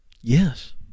yes